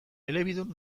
elebidun